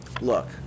look